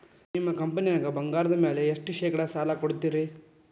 ನಿಮ್ಮ ಕಂಪನ್ಯಾಗ ಬಂಗಾರದ ಮ್ಯಾಲೆ ಎಷ್ಟ ಶೇಕಡಾ ಸಾಲ ಕೊಡ್ತಿರಿ?